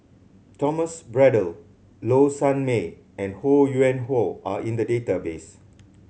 Thomas Braddell Low Sanmay and Ho Yuen Hoe are in the database